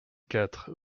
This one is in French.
quatre